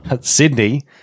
Sydney